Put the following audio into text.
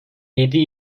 yedi